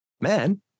Man